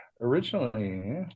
originally